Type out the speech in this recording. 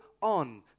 on